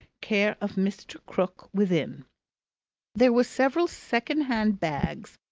care of mr. krook, within. there were several second-hand bags,